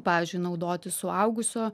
pavyzdžiui naudoti suaugusio